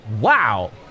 Wow